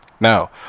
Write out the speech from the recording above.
Now